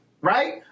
right